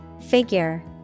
Figure